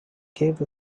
gave